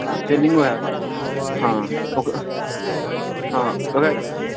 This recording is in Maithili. हँ सेलिंगो हैत हँ ओकर हँ ओकरा